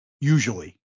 usually